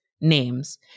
names